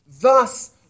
Thus